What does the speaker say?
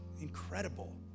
Incredible